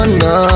no